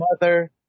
mother